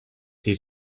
they